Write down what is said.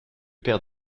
père